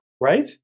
Right